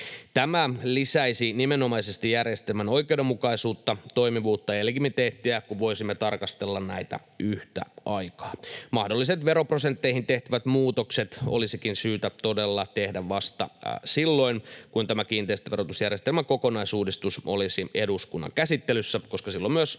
Tämä lisäisi nimenomaisesti järjestelmän oikeudenmukaisuutta, toimivuutta ja legitimiteettiä, kun voisimme tarkastella näitä yhtä aikaa. Mahdolliset veroprosentteihin tehtävät muutokset olisikin syytä todella tehdä vasta silloin, kun tämä kiinteistöverotusjärjestelmän kokonaisuudistus on eduskunnan käsittelyssä, koska silloin myös